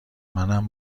منم